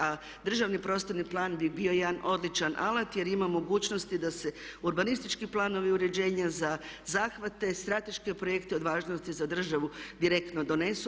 A državni prostorni plan bi bio jedan odličan alat jer ima mogućnosti da se urbanistički planovi uređenja za zahvate, strateške projekte od važnosti za državu direktno donesu.